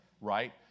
right